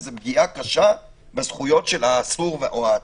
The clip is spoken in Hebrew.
וזו פגיעה קשה בזכויות של העצור,